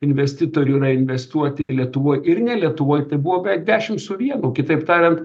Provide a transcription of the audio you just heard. investitorių yra investuot lietuvoj ir ne lietuvoj tai buvo beveik dešimt su vienu kitaip tariant